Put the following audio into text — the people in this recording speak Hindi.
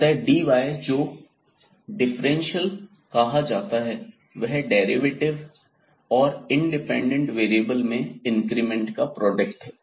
अतः dy जोकि डिफरेंशियल कहा जाता है वह डेरिवेटिव और इंडिपेंडेंट वेरिएबल में इंक्रीमेंट का प्रोडक्ट है